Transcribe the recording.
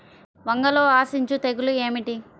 వంగలో ఆశించు తెగులు ఏమిటి?